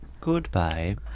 goodbye